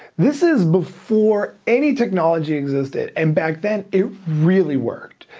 this is before any technology existed, and back then it really worked.